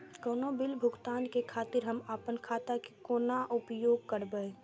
कोनो बील भुगतान के खातिर हम आपन खाता के कोना उपयोग करबै?